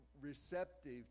receptive